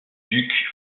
duc